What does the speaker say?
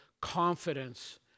confidence